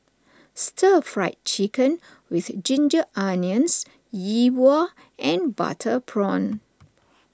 Stir Fried Chicken with Ginger Onions Yi Bua and Butter Prawn